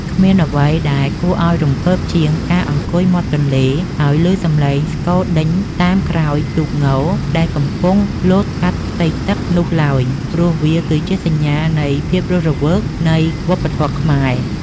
គ្មានអ្វីដែលគួរឱ្យរំភើបជាងការអង្គុយមាត់ទន្លេ ហើយឮសំឡេងស្គរដេញតាមក្រោយទូកងដែលកំពុងលោតកាត់ផ្ទៃទឹកនោះឡើយ ព្រោះវាគឺជាសញ្ញានៃភាពរស់រវើកនៃវប្បធម៌ខ្មែរ។